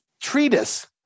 treatise